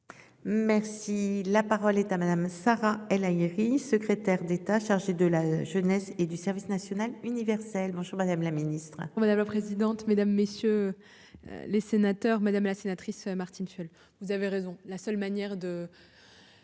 Merci la parole est à madame Sarah El Haïry, secrétaire d'État chargée de la jeunesse et du service national universel. Bonjour, madame la Ministre. Madame la présidente, mesdames, messieurs. Les sénateurs, madame la sénatrice Martine Filleul, vous avez raison, la seule manière de.